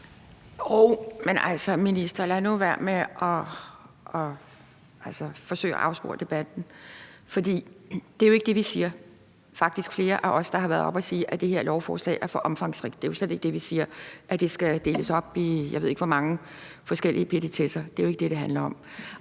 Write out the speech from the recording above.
Jo, men altså, minister, lad nu være med at forsøge at afspore debatten, for det er jo ikke det, vi siger, os, der har været oppe at sige, at det her lovforslag er for omfangsrigt. Det er jo slet ikke det, vi siger, altså at det skal deles op i, jeg ved ikke hvor mange forskellige petitesser; det er jo ikke det, det handler om.